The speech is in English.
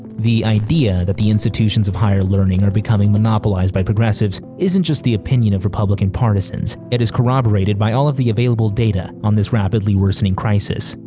the idea that the institutions of higher learning are becoming monopolized by progressives isn't just the opinion of republican partisans. it is corroborated by all of the available data on this rapidly worsening crisis.